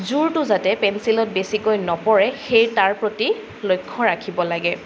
জোৰটো যাতে পেঞ্চিলত বেছিকৈ নপৰে সেই তাৰ প্ৰতি লক্ষ্য ৰাখিব লাগে